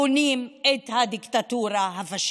בונים את הדיקטטורה הפשיסטית.